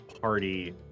party